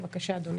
בבקשה, אדוני.